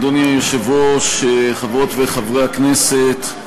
אדוני היושב-ראש, חברות וחברי הכנסת,